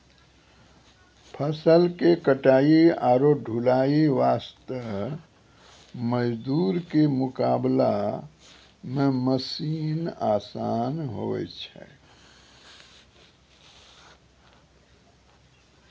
फसल के कटाई आरो ढुलाई वास्त मजदूर के मुकाबला मॅ मशीन आसान होय छै